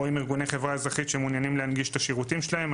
או עם ארגוני חברה אזרחית שמעוניינים להנגיש את השירותים שלהם,